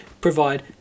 provide